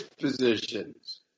positions